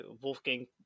wolfgang